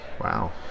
Wow